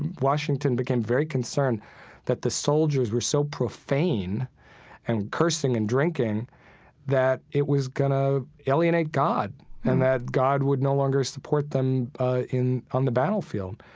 washington became very concerned that the soldiers were so profane and cursing and drinking that it was going to alienate god and that god would no longer support them ah in the battlefield.